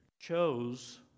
Chose